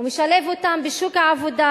ומשלב אותן בשוק העבודה,